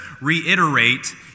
reiterate